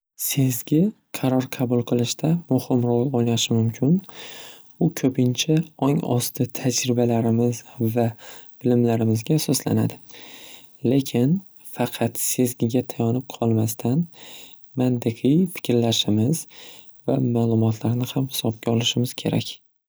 Sezgi qaror qabul qilishda muhim ro'l o'ynashi mumkin. U ko'pincha ong osti tajribalarimiz va bilimlarimizga asoslanadi. Lekin faqat sezgiga tayanib qolmasdan mantiqiy fikrlashimiz va ma'lumotlarni ham hisobga olishimiz kerak.